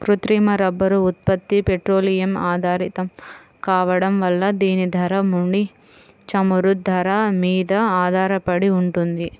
కృత్రిమ రబ్బరు ఉత్పత్తి పెట్రోలియం ఆధారితం కావడం వల్ల దీని ధర, ముడి చమురు ధర మీద ఆధారపడి ఉంటుంది